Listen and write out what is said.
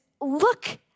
look